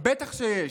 בטח שיש.